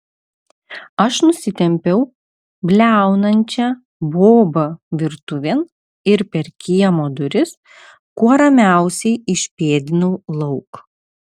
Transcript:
aš nusitempiau bliaunančią bobą virtuvėn ir per kiemo duris kuo ramiausiai išpėdinau lauk